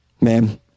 Ma'am